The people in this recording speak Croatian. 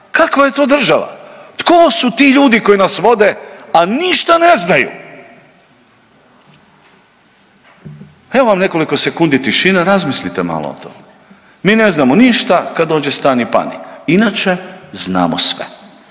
Kakva je to država? Tko su ti ljudi koji nas vode a ništa ne znaju? Evo vam nekoliko sekundi tišine, razmislite malo o tome. Mi ne znamo ništa, kad dođe stani-pani, inače znamo sve.